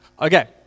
Okay